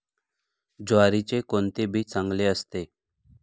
ज्वारीचे कोणते बी चांगले असते?